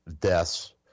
deaths